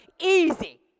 easy